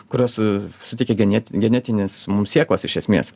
kurios e su suteikia geneti genetinės mum sėklas iš esmės